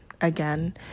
again